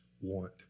want